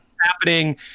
happening